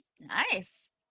Nice